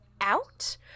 out